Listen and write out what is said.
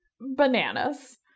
bananas